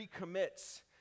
recommits